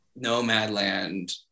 Nomadland